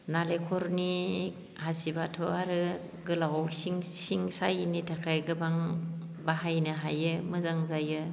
नालेंखरनि हासिबाथ' आरो गोलाव सिं सिं सायिनि थाखाय गोबां बाहायनो हायो मोजां जायो